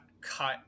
cut